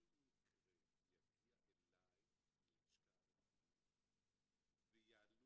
כל מקרה יגיע אליי ללשכה הרפואית ותעלה